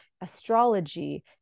astrology